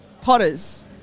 Potters